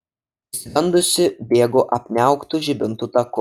išsigandusi bėgu apniauktu žibintų taku